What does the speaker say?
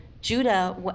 Judah